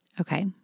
Okay